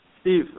Steve